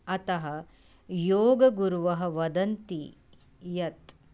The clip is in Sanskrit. अतः योगगुरवः वदन्ति यत्